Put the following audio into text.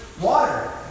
water